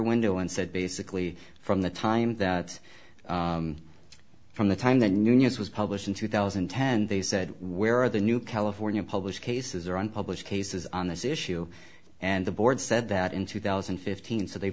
window and said basically from the time that from the time the news was published in two thousand and ten they said where are the new california published cases or unpublished cases on this issue and the board said that in two thousand and fifteen so they